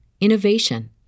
innovation